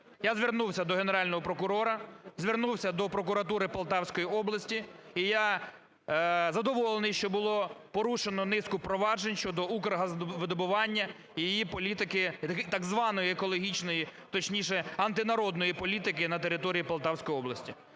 Я звернувся до Генерального прокурора, звернувся до прокуратури Полтавської області, і я задоволений, що було порушено низку проваджень щодо "Укргазвидобування" і її політики, так званої екологічної, точніше, антинародної політики на території Полтавської області.